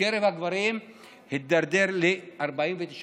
בקרב הגברים הוא הידרדר ל-49%